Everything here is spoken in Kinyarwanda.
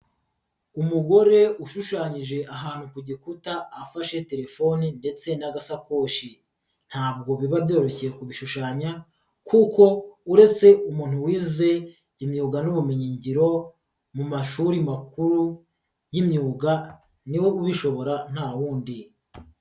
Umugore ushushanyije ahantu ku gikuta afashe telefoni ndetse n'agasakoshi, ntabwo biba byoroshye kubishushanya kuko uretse umuntu wize imyuga n'ubumenyingiro, mu mashuri makuru y'imyuga niwe ubishobora nta wundi.